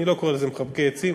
אני לא קורא לזה "מחבקי עצים".